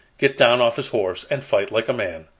get down off his horse, and fight like a man.